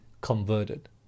converted